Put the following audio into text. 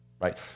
right